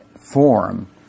form